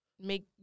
make